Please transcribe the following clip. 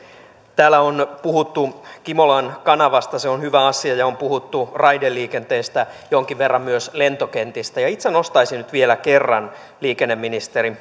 täällä on puhuttu kimolan kanavasta se on hyvä asia ja on puhuttu raideliikenteestä ja jonkin verran myös lentokentistä itse nostaisin nyt vielä kerran liikenneministerin